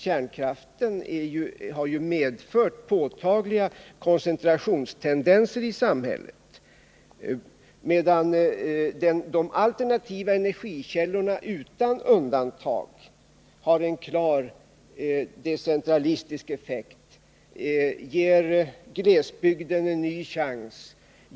Kärnkraften har medfört påtagliga koncentrationstendenser i samhället, medan de alternativa energikällorna utan undantag har en klar decentralistisk effekt, ger glesbygden en ny chans.